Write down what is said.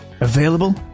available